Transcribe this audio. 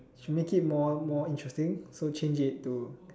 should make it more more interesting should change it to